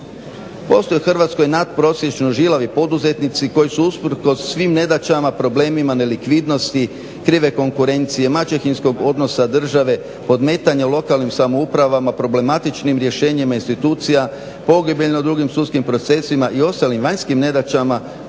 Postoje u Hrvatskoj nad prosječno žilavi poduzetnici koji su usprkos svim nedaćama, problemima, nelikvidnosti, krive konkurencije maćehinskog odnosa države, podmetanje lokalnim samoupravama, problematičnim rješenjima institucija, pogibelji na drugim sudskim procesima i ostalim vanjskim nedaćama